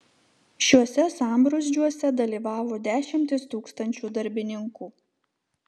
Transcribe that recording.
šiuose sambrūzdžiuose dalyvavo dešimtys tūkstančių darbininkų